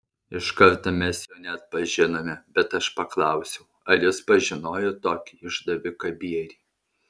iš karto mes jo neatpažinome bet aš paklausiau ar jis pažinojo tokį išdaviką bierį